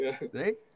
Right